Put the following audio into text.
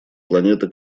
планеты